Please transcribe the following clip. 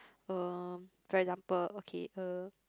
uh for example okay uh